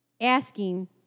asking